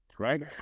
right